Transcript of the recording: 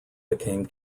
became